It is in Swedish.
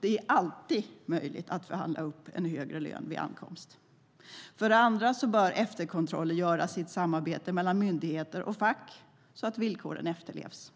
Det är alltid möjligt att förhandla fram en högre lön vid ankomst. För det andra bör efterkontroller göras i ett samarbete mellan myndigheter och fack, så att villkoren efterlevs.